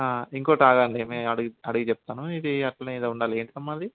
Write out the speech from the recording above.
ఇంకొకటి ఆగండి నే అడిగి అడిగి చెప్తాను ఇది అట్లనే ఏదో ఉండాలి ఏంటమ్మా అది